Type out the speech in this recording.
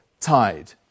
tied